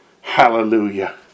Hallelujah